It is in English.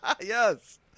Yes